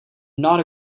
not